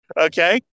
okay